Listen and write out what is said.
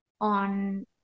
on